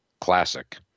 classic